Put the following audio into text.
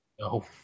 No